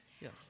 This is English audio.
Yes